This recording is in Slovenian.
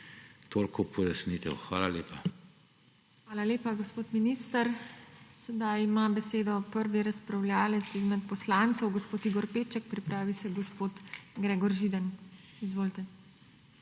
TINA HEFERLE:** Hvala lepa, gospod minister. Sedaj ima besedo prvi razpravljavec izmed poslancev, gospod Igor Peček. Pripravi se gospod Gregor Židan. Izvolite.